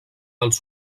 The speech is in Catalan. als